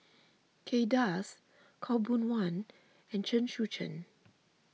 Kay Das Khaw Boon Wan and Chen Sucheng